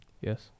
Yes